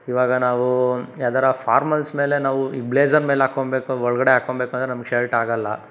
ಇವಾಗ ನಾವು ಯಾವುದರ ಫಾರ್ಮಲ್ಸ್ ಮೇಲೆ ನಾವು ಈ ಬ್ಲೇಝರ್ ಮೇಲೆ ಹಾಕ್ಕೋಬೇಕು ಒಳಗಡೆ ಹಾಕ್ಕೋಬೇಕೆಂದ್ರೆ ನಮಗೆ ಶರ್ಟ್ ಆಗಲ್ಲ